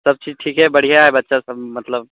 सबकिछु ठीके बढ़िआँ हइ बच्चासबमे मतलब